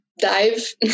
dive